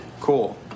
cool